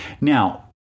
Now